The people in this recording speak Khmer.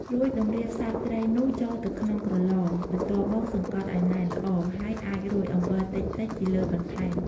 រួចតម្រៀបសាច់ត្រីនោះចូលទៅក្នុងក្រឡ បន្ទាប់មកសង្កត់ឱ្យណែនល្អ ហើយអាចរោយអំបិលតិចៗពីលើបន្ថែម។